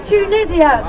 Tunisia